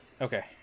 Okay